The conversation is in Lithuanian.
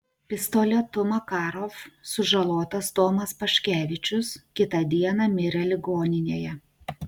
pistoletu makarov sužalotas tomas paškevičius kitą dieną mirė ligoninėje